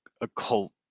occult